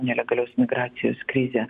nelegalios migracijos krizę